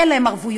אין להן ערבויות,